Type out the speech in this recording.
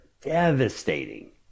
devastating